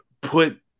put